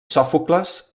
sòfocles